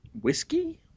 whiskey